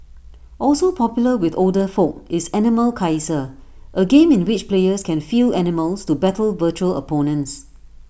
also popular with older folk is animal Kaiser A game in which players can field animals to battle virtual opponents